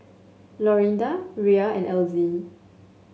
Lorinda Rhea and Elzie